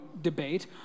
debate